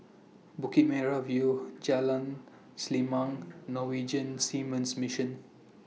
Bukit Merah View Jalan Selimang Norwegian Seamen's Mission